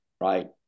right